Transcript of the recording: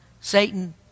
Satan